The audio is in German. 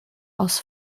aus